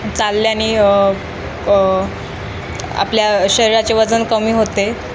चालल्यानी आपल्या शरीराचे वजन कमी होते